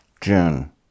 june